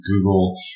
Google